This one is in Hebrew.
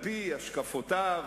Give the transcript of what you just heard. על-פי השקפותיו,